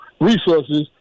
resources